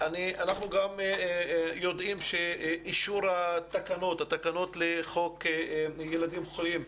אנחנו יודעים שאישור התקנות לחוק ילדים חולים,